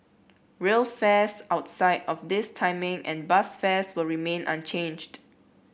rail fares outside of this timing and bus fares will remain unchanged